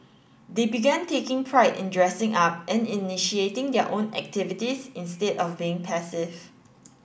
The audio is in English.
they began taking pride in dressing up and initiating their own activities instead of being passive